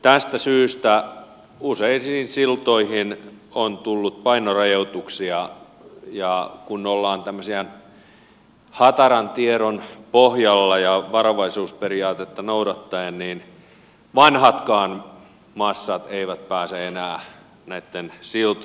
tästä syystä useisiin siltoihin on tullut painorajoituksia ja kun ollaan tämmöisen hataran tiedon pohjalla ja noudatetaan varovaisuusperiaatetta niin vanhatkaan massat eivät pääse enää näitten siltojen yli